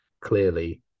clearly